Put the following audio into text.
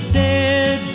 dead